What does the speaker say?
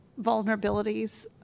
vulnerabilities